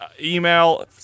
email